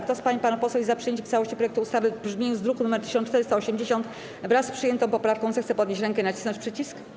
Kto z pań i panów posłów jest za przyjęciem w całości projektu ustawy w brzmieniu z druku nr 1480, wraz z przyjętą poprawką, zechce podnieść rękę i nacisnąć przycisk.